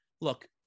look